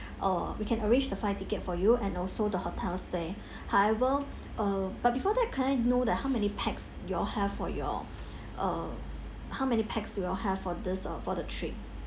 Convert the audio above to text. uh we can arrange the flight ticket for you and also the hotels stay however uh but before that can I know that how many pax y'all have for your uh how many pax do you all have for this uh for the trip